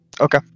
Okay